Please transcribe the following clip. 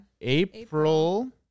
April